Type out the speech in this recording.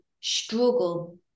struggle